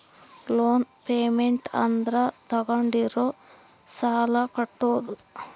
loan payment ಅಂದ್ರ ತಾಗೊಂಡಿರೋ ಸಾಲ ಕಟ್ಟೋದು